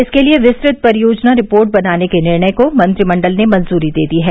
इसके लिए विस्तृत परियोजना रिपोर्ट बनाने के निर्णय को मंत्रिमंडल ने मंजूरी दे दी है